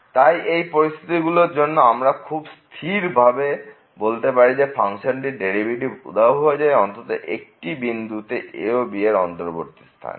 তাই এই পরিস্থিতি গুলোর জন্য আমরা খুব স্থির ভাবে বলতে পারি যে ফাংশনটির ডেরিভেটিভ উধাও হয়ে যাবে অন্তত একটি বিন্দুতে a ও b এর অন্তর্বর্তী স্থানে